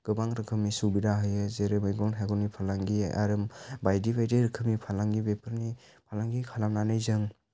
गोबां रोखोमनि सुबिदा होयो जेरै मैगं थायगंनि फालांगि आरो बायदि बायदि रोखोमनि फालांगि बेफोरनि फालांगि खालामनानै जों